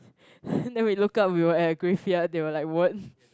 then we look up we were at graveyard they were like what